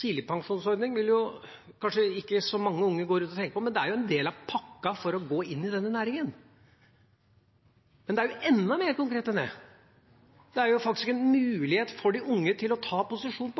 Tidligpensjonsordningen vil kanskje ikke så mange unge gå rundt og tenke på, men det er jo en del av pakka for å gå inn i denne næringen. Men det er enda mer konkret enn det. At noen går i kår, er faktisk en mulighet for de unge til å ta posisjon